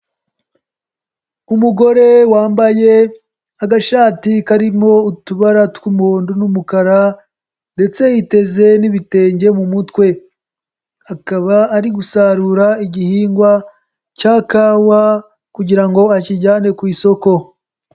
Umugore wambaye agashati karimo utubara tw'umuhondo n'umukara ndetse yiteze n'ibitenge mu mutwe, akaba ari gusarura igihingwa cya kawa kugira ngo akijyane ku isoko.